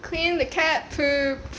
clean the cat poop